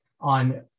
on